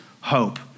hope